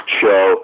show